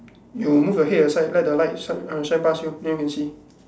you move your head aside let the light sh~ shine pass you then you can see